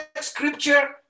scripture